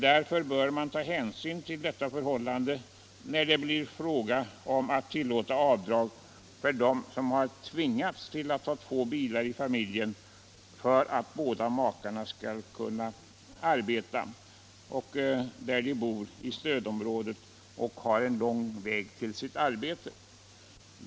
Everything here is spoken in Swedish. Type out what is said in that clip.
Därför bör man ta hänsyn till detta förhållande, när det blir fråga om att tillåta avdrag för dem som bor inom stödområdet, har lång väg till sina arbeten och tvingas till att ha två bilar i familjen för att båda makarna skall kunna arbeta.